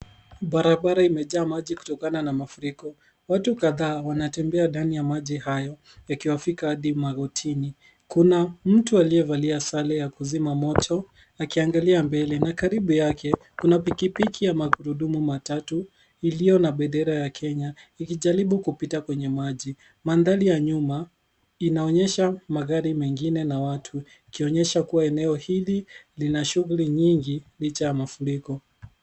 Barabara imejaa maji kutokana na mafuriko. Watu kadhaa wanatembea ndani ya maji hayo yakiwafika hadi magotini. Kuna mtu aliyevalia sare ya kuzima moto akiangalia mbele na karibu yake, kuna pikipiki ya magurudumu matatu iliyo na bendera ya Kenya ikijaribu kupita kwenye maji. Mandhari ya nyuma inaonyesha magari mengine na watu ikionyesha kuwa eneo hili lina shughuli nyingi licha ya mafuriko.